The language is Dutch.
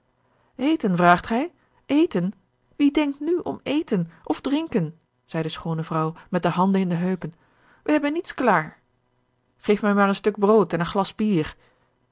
eten vraagt hij eten wie denkt nu om eten of drinken zeî de schoone vrouw met de handen in de heupen wij hebben niets klaar geef mij maar een stuk brood en een glas bier